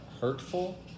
hurtful